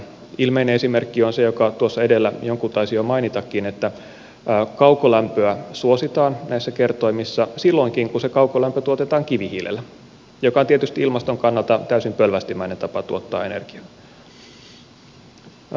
ilmeinen esimerkki on se jonka tuossa edellä joku taisi jo mainitakin että kaukolämpöä suositaan näissä kertoimissa silloinkin kun se kaukolämpö tuotetaan kivihiilellä mikä on tietysti ilmaston kannalta täysin pölvästimäinen tapa tuottaa energiaa